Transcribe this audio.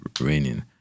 raining